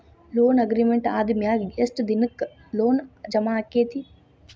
Loan agreement ಆದಮ್ಯಾಗ ಯೆಷ್ಟ್ ದಿನಕ್ಕ ಲೊನ್ ಜಮಾ ಆಕ್ಕೇತಿ?